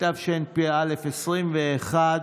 התשפ"א 2021,